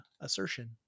assertion